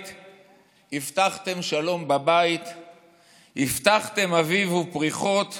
הבטחתם שלום בבית / הבטחתם אביב ופריחות /